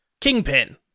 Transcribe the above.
Kingpin